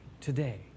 Today